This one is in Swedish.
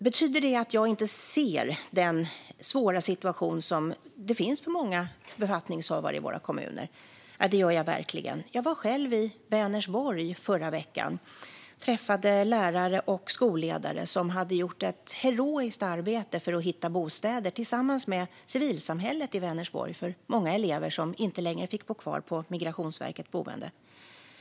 Betyder detta att jag inte ser den svåra situation som många befattningshavare i våra kommuner har? Jo, det gör jag verkligen. Jag var i Vänersborg i förra veckan och träffade lärare och skolledare som hade gjort ett heroiskt arbete för att tillsammans med civilsamhället i Vänersborg hitta bostäder till många elever som inte längre fick bo kvar på Migrationsverkets boende.